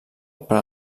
per